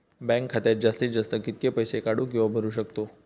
Bank खात्यात जास्तीत जास्त कितके पैसे काढू किव्हा भरू शकतो?